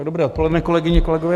Dobré odpoledne, kolegyně, kolegové.